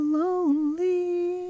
lonely